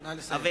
אבל,